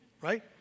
Right